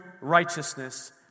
righteousness